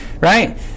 right